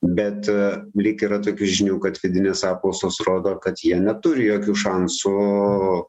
bet e lyg yra tokių žinių kad vidinės apklausos rodo kad jie neturi jokių šansų o